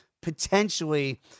potentially